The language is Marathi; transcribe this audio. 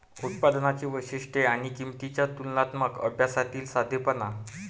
उत्पादनांची वैशिष्ट्ये आणि किंमतींच्या तुलनात्मक अभ्यासातील साधेपणा